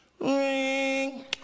ring